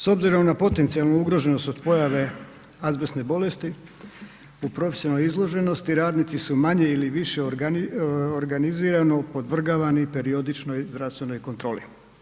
S obzirom na potencijalnu ugroženost od pojave azbestne bolesti u profesionalnoj izloženosti, radnici su manje ili više organizirano podvrgavani periodičnoj zdravstvenoj kontroli.